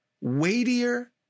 weightier